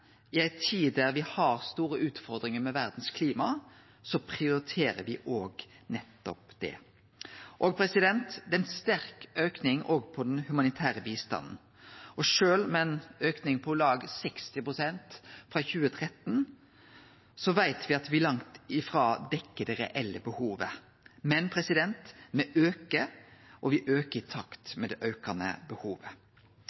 I ei tid der me har store utfordringar med klimaet i verda, prioriterer me òg nettopp det. Det er ei sterk auking òg på den humanitære bistanden. Sjølv med ei auking på om lag 60 pst. frå 2013, veit me at me langt frå dekkjer det reelle behovet. Men me aukar, og me aukar i